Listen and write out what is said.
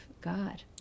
God